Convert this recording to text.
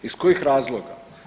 Iz kojih razloga?